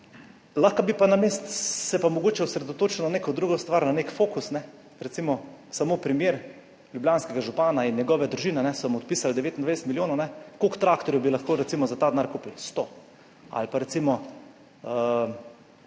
Lahko bi pa namesto se pa mogoče osredotočil na neko drugo stvar, na nek fokus, ne recimo samo primer ljubljanskega župana in njegove družine, so mu odpisali 29 milijonov - koliko traktorjev bi lahko recimo za ta denar kupili? – sto. Ali pa recimo